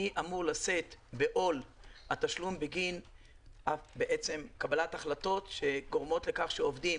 מי אמור לשאת בעול התשלום בגין קבלת החלטות שגורמת לכך שעובדים